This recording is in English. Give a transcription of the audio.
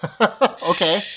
Okay